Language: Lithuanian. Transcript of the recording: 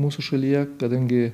mūsų šalyje kadangi